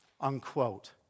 Unquote